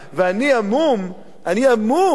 אני המום בכלל,